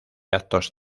actos